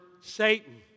Satan